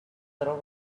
little